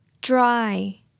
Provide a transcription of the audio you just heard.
dry